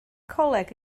coleg